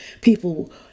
people